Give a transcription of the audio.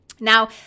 Now